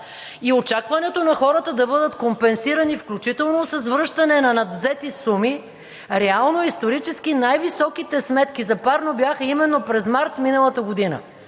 и очакването на хората да бъдат компенсирани, включително с връщане на надвзети суми, реално исторически най-високите сметки за парно бяха именно през месец март миналата година,